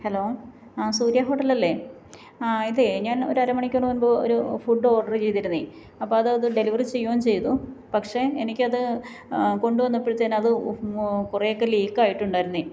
hello ആ സൂര്യ ഹോട്ടലല്ലേ ആ ഇതേ ഞാൻ ഒരരമണിക്കൂർ മുമ്പ് ഒരു ഫുഡ് ഓർഡർ ചെയ്തിരുന്നേ അപ്പോള് അത് ഡെലിവറി ചെയ്യോം ചെയ്തു പക്ഷേ എനിക്കത് കൊണ്ടുവന്നപ്പഴത്തേനും അത് കുറെയൊക്കെ ലീക്കായിട്ടുണ്ടായിരുന്നെ